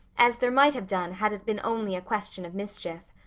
as there might have done had it been only a question of mischief.